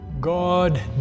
God